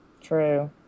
true